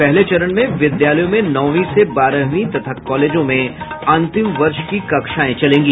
पहले चरण में विद्यालयों में नौवीं से बारहवीं तथा कॉलेजों में अंतिम वर्ष की कक्षाएं चलेंगी